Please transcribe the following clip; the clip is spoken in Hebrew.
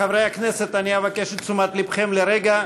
חברי הכנסת, אני אבקש את תשומת ליבכם לרגע.